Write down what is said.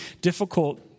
difficult